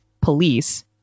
police